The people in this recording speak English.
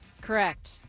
Correct